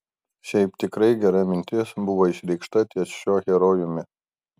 šiaip tikrai gera mintis buvo išreikšta ties šiuo herojumi